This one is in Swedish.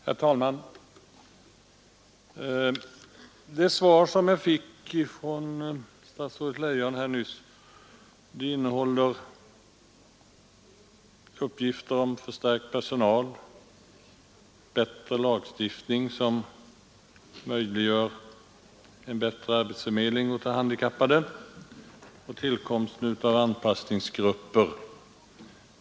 Herr talman! Det svar som jag har fått av fru statsrådet Leijon innehåller uppgifter om förstärkt personal, lagstiftning som möjliggör bättre arbetsförmedling åt de handikappade och tillkomsten av anpassningsgrupper.